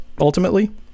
ultimately